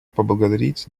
поблагодарить